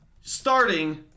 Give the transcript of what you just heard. starting